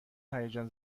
هیجان